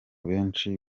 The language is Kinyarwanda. benshi